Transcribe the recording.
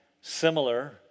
similar